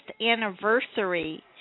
anniversary